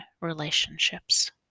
relationships